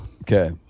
okay